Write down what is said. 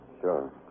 sure